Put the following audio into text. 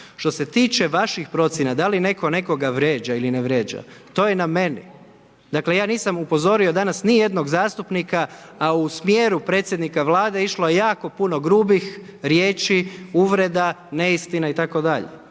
Što se tiče vaših procjena, da li netko nekoga vrijeđa ili ne vrijeđa to je na meni. Dakle, ja nisam upozorio ni jednog zastupnika, a u smjeru predsjednika Vlade, išlo je jako puno grubih riječi, uvreda, neistina itd.